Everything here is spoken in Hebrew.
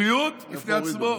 בריאות בפני עצמה,